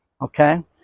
Okay